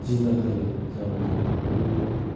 जिनाहारि जाबाय थानायखौ